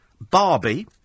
Barbie